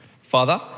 Father